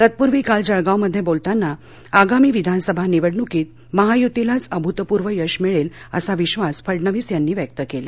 तत्पूर्वी काल जळगाव मध्ये बोलताना आगामी विधानसभा निवडणुकीत महायुतीलाच अभूतपूर्व यश मिळेल असा विश्वास फडणवीस यांनी व्यक्त केला